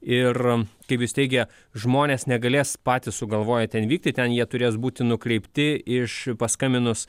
ir kaip jis teigė žmonės negalės patys sugalvoję ten vykti ten jie turės būti nukreipti iš paskambinus